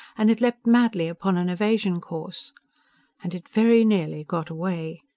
and it leaped madly upon an evasion course and it very nearly got away.